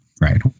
Right